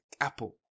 Apple